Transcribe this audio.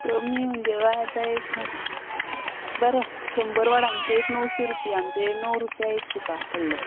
कमी म्हणजे बाय आतां एक बरें शंबर वडांचे एक णवशी रुपया म्हणजे णव रुपया एक तुका पडलो